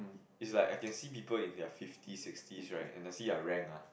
it's like I can see people in their fifties sixties right and I see their rank ah